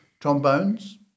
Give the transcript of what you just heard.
trombones